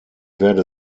werde